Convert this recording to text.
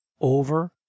over